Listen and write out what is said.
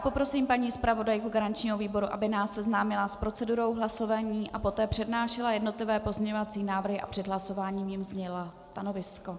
Poprosím paní zpravodajku garančního výboru, aby nás seznámila s procedurou hlasování a poté přednášela jednotlivé pozměňovací návrhy a před hlasováním k nim sdělila stanovisko.